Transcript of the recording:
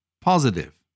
positive